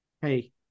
Hey